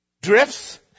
drifts